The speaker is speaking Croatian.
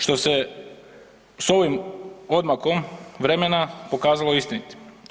Što se s ovim odmakom vremena, pokazalo istinitim.